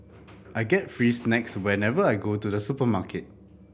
I get free snacks whenever I go to the supermarket